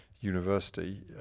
university